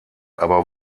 aber